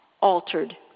altered